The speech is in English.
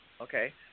okay